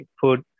food